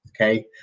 okay